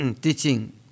teaching